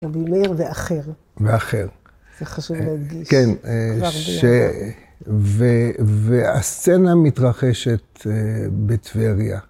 ‫רבי מאיר ואחר. ‫-ואחר. ‫זה חשוב להגיש. ‫-כן, שהסצנה מתרחשת בטבריה.